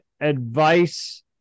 advice